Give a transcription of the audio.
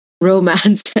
romance